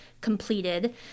completed